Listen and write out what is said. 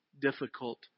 difficult